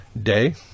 day